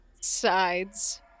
sides